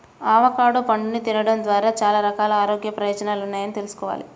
avocado పండుని తినడం ద్వారా చాలా రకాల ఆరోగ్య ప్రయోజనాలున్నాయని తెల్సుకోవాలి